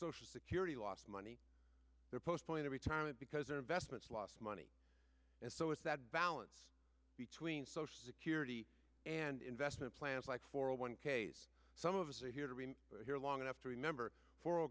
social security lost money they're postponing the retirement because their investments lost money and so it's that balance between social security and investment plans like four hundred one ks some of us are here to be here long enough to remember